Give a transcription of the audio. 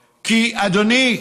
אדוני,